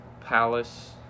Palace